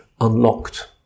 unlocked